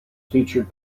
featured